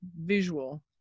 visual